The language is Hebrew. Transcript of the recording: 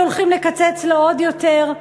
שהולכים לקצץ לו עוד יותר.